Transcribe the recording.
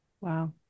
Wow